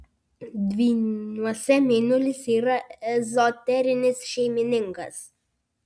dvyniuose mėnulis yra ezoterinis šeimininkas